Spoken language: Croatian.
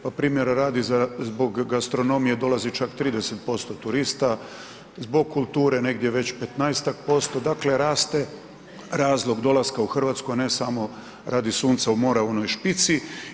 Pa primjera radi zbog gastronomije dolazi čak 30% turista, zbog kulture negdje već 15-ak%, dakle raste razlog dolaska u Hrvatsku a ne samo radi sunca i mora u onoj špici.